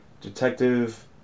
Detective